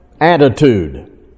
attitude